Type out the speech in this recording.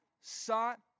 sought